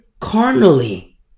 carnally